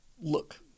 look